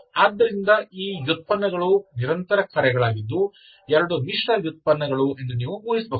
ಆದ್ದರಿಂದ ಈ ವ್ಯುತ್ಪನ್ನಗಳು ನಿರಂತರ ಕಾರ್ಯಗಳಾಗಿದ್ದು 2 ಮಿಶ್ರ ವ್ಯುತ್ಪನ್ನಗಳು ಎಂದು ನೀವು ಊಹಿಸಬಹುದು